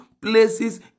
places